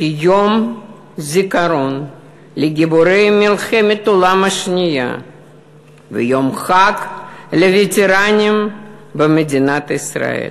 כיום זיכרון לגיבורי מלחמת העולם השנייה ויום חג לווטרנים במדינת ישראל,